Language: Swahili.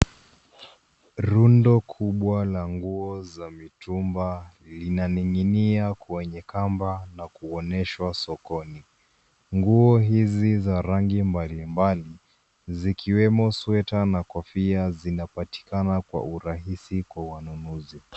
Rundo kubwa la nguo za mitumba zinaning'inia kwenye kamba na kuonyeshwa sokoni. nguo hizi zina rangi mbalimbali zikiwemo sweta na kofia zinapatikana kwa urahisi kwa wanunuzi.